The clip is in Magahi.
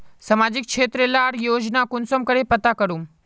सामाजिक क्षेत्र लार योजना कुंसम करे पता करूम?